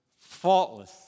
faultless